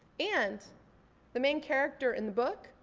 and the main character in the book,